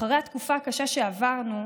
אחרי התקופה הקשה שעברנו,